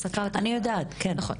אני יודעת, כן.